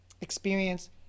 experience